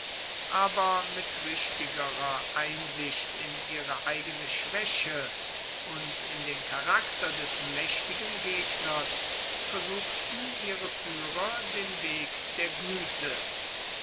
aber mit richtigerer einsicht in ihre eigene schwäche und in den charakter des mächtigen gegners versuchten ihre führer den weg der güte